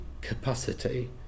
capacity